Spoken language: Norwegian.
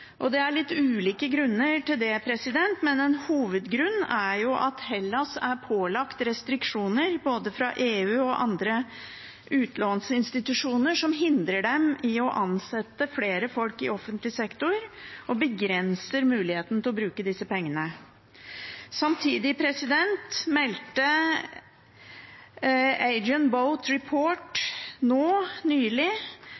Det er litt ulike grunner til det, men en hovedgrunn er at Hellas er pålagt restriksjoner, både fra EU og andre utlånsinstitusjoner, som hindrer dem i å ansette flere folk i offentlig sektor og begrenser muligheten til å bruke disse pengene. Samtidig meldte